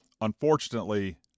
Unfortunately